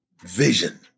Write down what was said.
vision